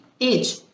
age